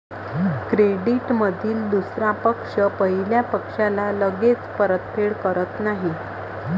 क्रेडिटमधील दुसरा पक्ष पहिल्या पक्षाला लगेच परतफेड करत नाही